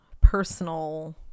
personal